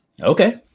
Okay